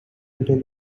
tell